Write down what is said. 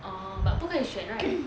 oh but 不可以选 right